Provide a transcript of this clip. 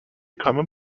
common